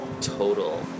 total